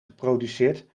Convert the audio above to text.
geproduceerd